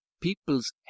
people's